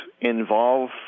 involve